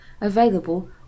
available